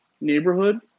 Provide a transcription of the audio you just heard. neighborhood